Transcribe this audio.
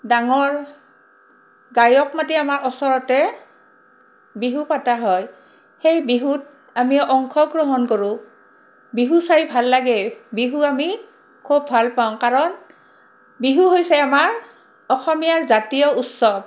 ডাঙৰ গায়ক মাতি আমাৰ ওচৰতে বিহু পাতা হয় সেই বিহুত আমি অংশগ্ৰহণ কৰোঁ বিহু চাই ভাল লাগে বিহু আমি খুব ভাল পাওঁ কাৰণ বিহু হৈছে আমাৰ অসমীয়া জাতীয় উৎসৱ